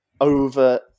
over